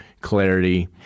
clarity